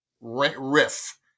riff